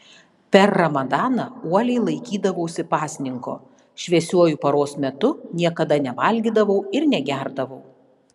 per ramadaną uoliai laikydavausi pasninko šviesiuoju paros metu niekada nevalgydavau ir negerdavau